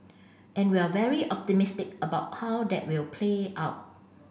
and we're very optimistic about how that will play out